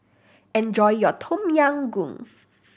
enjoy your Tom Yam Goong